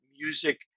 music